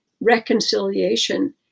reconciliation